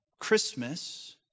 Christmas